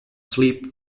sleep